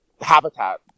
habitat